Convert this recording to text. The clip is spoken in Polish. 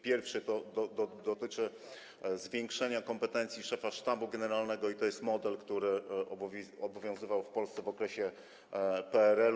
Pierwszy dotyczy zwiększenia kompetencji szefa Sztabu Generalnego i to jest model, który obowiązywał w Polsce w okresie PRL-u.